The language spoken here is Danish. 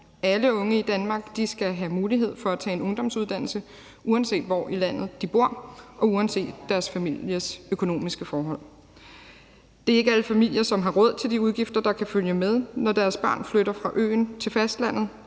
Alle unge i Danmark skal have mulighed for at tage en ungdomsuddannelse, uanset hvor i landet de bor, og uanset deres families økonomiske forhold. Det er ikke alle familier, som har råd til de udgifter, der kan følge med, når deres barn flytter fra øen til fastlandet,